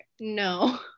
no